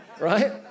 right